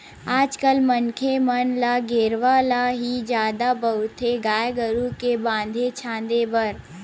आज कल मनखे मन ल गेरवा ल ही जादा बउरथे गाय गरु के बांधे छांदे बर